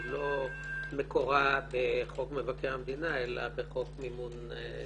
לא מקורה בחוק מבקר המדינה אלא בחוק מימון מפלגות.